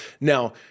Now